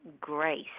grace